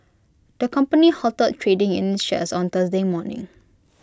the company halted trading in its shares on Thursday morning